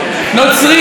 נוצרי,